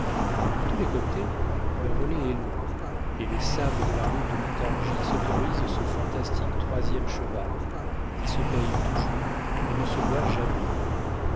de tous les côtés le relais est long et les sables de la route de montargis autorisent ce fantastique troisième cheval qui se paye toujours et ne se voit jamais